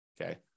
okay